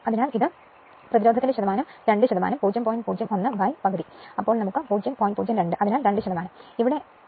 അതിനാൽ ഇത് യഥാർത്ഥത്തിൽ പ്രതിരോധം 2 അതായത് 0